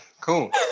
cool